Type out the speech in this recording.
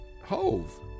Hove